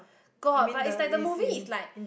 got but is like the movie is like